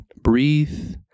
Breathe